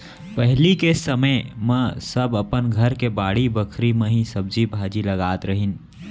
पहिली के समे म सब अपन घर के बाड़ी बखरी म ही सब्जी भाजी लगात रहिन